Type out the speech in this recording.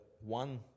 one